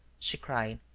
she cried.